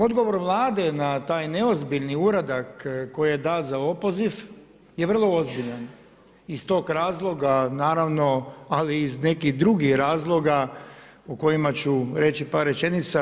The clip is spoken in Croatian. Odgovor Vlade na taj neozbiljni uradak koji je dat za opoziv je vrlo ozbiljan iz tog razloga naravno ali i iz nekih drugih razloga o kojima ću reći par rečenica.